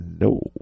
No